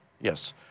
yes